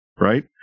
right